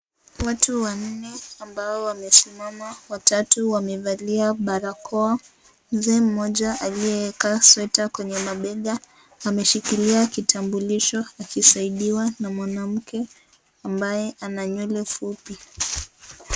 Watu wanne ambao wamesimama. Watatu wamevalia barakoa, Mzee mmoja aliyeweka sweta kwenye mabega ameshikilia kitambulisho akisaidiwa na mwanamke ambaye ana nywele fupi.